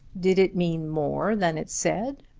did it mean more than it said?